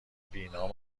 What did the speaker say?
بینام